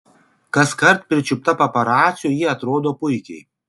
kaskart pričiupta paparacių ji atrodo puikiai